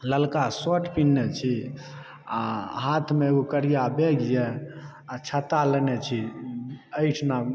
ललका शर्ट पीनहने छी आ हाथमे एगो करिया बैग यऽ आ छत्ता लेने छी एहि ठिना